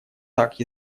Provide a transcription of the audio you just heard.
так